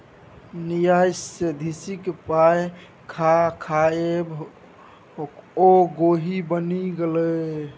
न्यास निधिक पाय खा खाकए ओ गोहि बनि गेलै